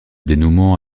dénouement